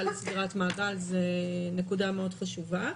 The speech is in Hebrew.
על סגירת מעגל זו נקודה מאוד חשובה.